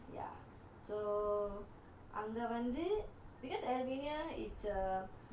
ya so அங்க வந்து:anga vandhu because albania it's a